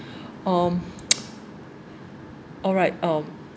um alright um